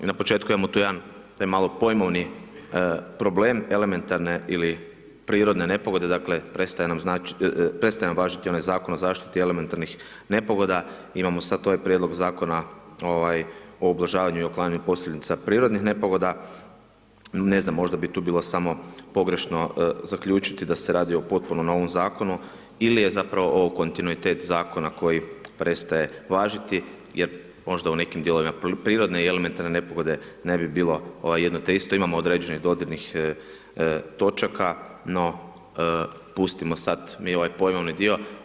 I na početku imamo tu jedan taj malo pojmovni problem elementarne ili prirodne nepogode, dakle prestaje nam važiti onaj Zakon o zaštiti elementarnih nepogoda, imamo sad ovaj prijedlog Zakona o ublažavanju i uklanjanju posljedica prirodnih nepogoda, ne znam, možda bi tu bilo samo pogrešno zaključiti da se radi o potpuno novom zakonu ili je zapravo ovo kontinuitet zakona koji prestaje važiti jer možda u nekim dijelovima prirodne i elementarne nepogode ne bi bilo ovaj jedno te isto, imamo određenih dodirnih točaka, no pustimo sad ovaj pojmovni dio.